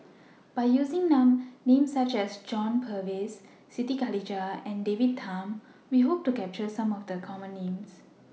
By using Names such as John Purvis Siti Khalijah and David Tham We Hope to capture Some of The Common Names